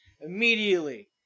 immediately